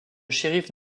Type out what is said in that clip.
shérif